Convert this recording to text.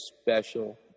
special